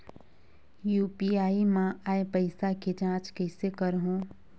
UPI मा आय पइसा के जांच कइसे करहूं?